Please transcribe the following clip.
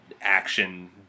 action